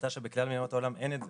הראתה שבכלל מדינות העולם אין את זה,